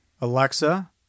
Alexa